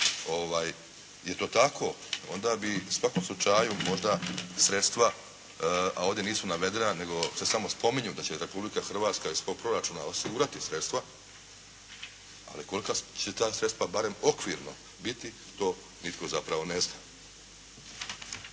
je to tako onda bi u svakom slučaju možda sredstva a ovdje nisu navedena nego se samo spominju da će Republika Hrvatska iz svog proračuna osigurati sredstva ali kolika će ta sredstva barem okvirno biti to nitko zapravo ne zna.